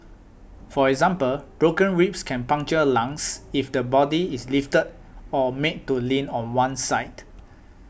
for example broken ribs can puncture lungs if the body is lifted or made to lean on one side